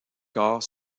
corps